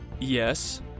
Yes